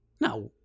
Now